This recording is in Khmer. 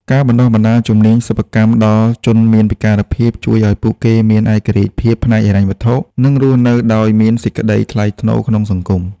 ការបណ្ដុះបណ្ដាលជំនាញសិប្បកម្មដល់ជនមានពិការភាព ជួយឱ្យពួកគេមានឯករាជ្យភាពផ្នែកហិរញ្ញវត្ថុ និងរស់នៅដោយមានសេចក្ដីថ្លៃថ្នូរក្នុងសង្គម។